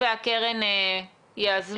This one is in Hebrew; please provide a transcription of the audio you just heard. וכספי הקרן יאזלו,